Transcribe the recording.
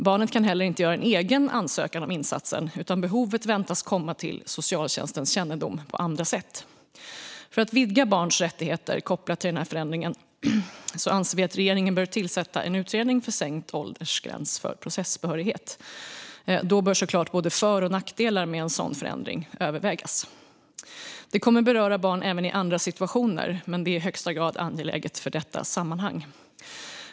Barnet kan inte heller göra en egen ansökan om insatsen, utan behovet väntas komma till socialtjänstens kännedom på andra sätt. För att vidga barns rättigheter kopplat till denna förändring anser vi att regeringen bör tillsätta en utredning för sänkt åldersgräns för processbehörighet. Då bör såklart både för och nackdelar med en sådan förändring övervägas. Det kommer att beröra barn även i andra situationer, men det är i högsta grad angeläget för detta sammanhang.